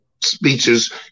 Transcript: speeches